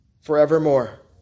forevermore